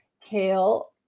Kale